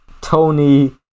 Tony